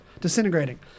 disintegrating